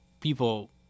People